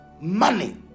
money